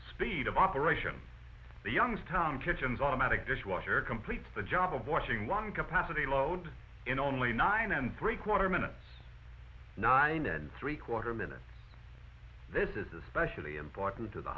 speed of operation the youngstown kitchens automatic dishwasher completes the job of watching lung capacity load in only nine and breakwater minutes nine and three quarter minutes this is especially important to the